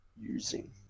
using